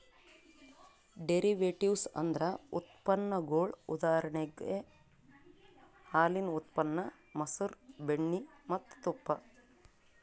derivatives ಅಂದ್ರ ಉತ್ಪನ್ನಗೊಳ್ ಉದಾಹರಣೆಗ್ ಹಾಲಿನ್ ಉತ್ಪನ್ನ ಮಸರ್, ಬೆಣ್ಣಿ ಮತ್ತ್ ತುಪ್ಪ